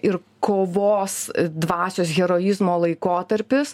ir kovos dvasios heroizmo laikotarpis